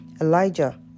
Elijah